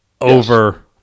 over